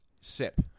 sip